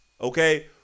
okay